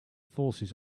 forces